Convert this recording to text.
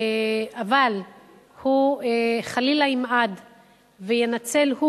אבל הוא חלילה ימעד וינצל,